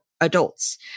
adults